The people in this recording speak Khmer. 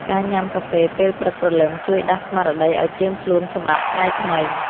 ការញ៉ាំកាហ្វេពេលព្រឹកព្រលឹម ជួយដាស់ស្មារតីឱ្យត្រៀមខ្លួនសម្រាប់ថ្ងៃថ្មី។